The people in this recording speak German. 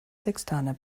sextaner